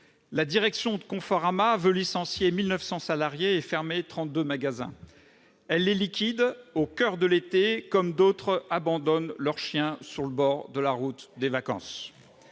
la direction de Conforama veut licencier 1 900 salariés et fermer 32 magasins. Elle les liquide, au coeur de l'été, comme d'autres abandonnent leurs chiens sur le bord de la route des vacances.